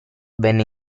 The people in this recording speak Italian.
venne